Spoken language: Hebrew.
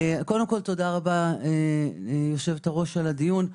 תודה רבה יושבת הראש על הדיון.